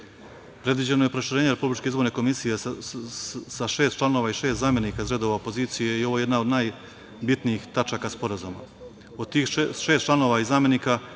Predviđeno je proširenje RIK-a sa šest članova i šest zamenika iz redova opozicije. Ovo je jedna od najbitnijih tačaka sporazuma. Od tih šest članova i zamenika